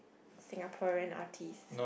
Singaporean artists